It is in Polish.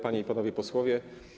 Panie i Panowie Posłowie!